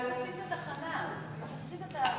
כי הם מחפשים את התחנה, מחפשים את התאריך.